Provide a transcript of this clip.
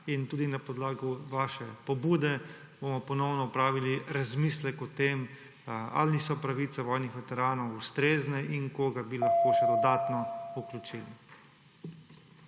in tudi na podlagi vaše pobude bomo ponovno opravili razmislek o tem, ali so pravice vojnih veteranov ustrezne in koga bi lahko še dodatno vključili.